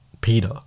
Peter